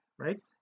right